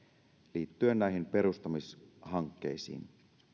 liittyen näihin perustamishankkeisiin